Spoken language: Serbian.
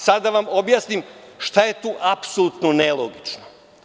Sada ću da vam objasnim šta je tu apsolutno nelogično.